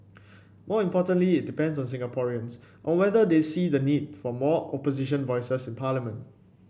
more importantly it depends on Singaporeans on whether they see the need for more Opposition voices in parliament